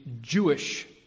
Jewish